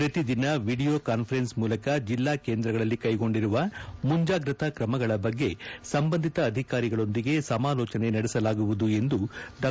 ಪ್ರತಿದಿನ video conference ಮೂಲಕ ಜಿಲ್ಲಾ ಕೇಂದ್ರಗಳಲ್ಲಿ ಕೈಗೊಂಡಿರುವ ಮುಂಜಾಗ್ರತಾ ಕ್ರಮಗಳ ಬಗ್ಗೆ ಸಂಬಂಧಿತ ಅಧಿಕಾರಿಗಳೊಂದಿಗೆ ಸಮಾಲೋಚನೆ ನಡೆಸಲಾಗುವುದು ಎಂದು ಡಾ